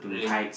really